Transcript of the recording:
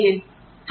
ठीक है